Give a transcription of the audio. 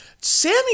Sammy